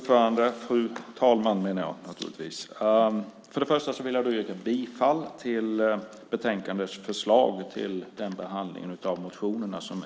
Fru talman! Först vill jag yrka bifall till betänkandets förslag till behandling av motionerna.